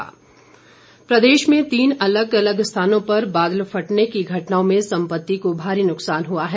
नुक्सान प्रदेश में तीन अलग अलग स्थानों पर बादल फटने की घटनाओं में सम्पत्ति को भारी नुक्सान हुआ है